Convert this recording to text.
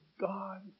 God